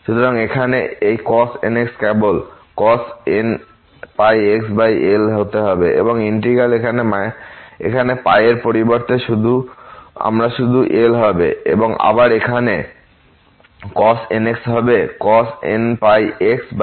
সুতরাং এখানে এই cos nx কেবল cos nπxL হতে হবে এবং এই ইন্টিগ্র্যাল এখানে এর পরিবর্তে আমরা শুধু L হবে এবং আবার এখানে cos nx হবে cos nπxL